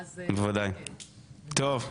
טוב,